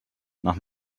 nach